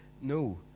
no